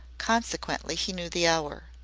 consequently he knew the hour.